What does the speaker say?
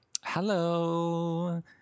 Hello